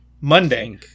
Monday